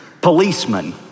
policemen